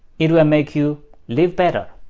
it will make you live better.